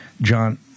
John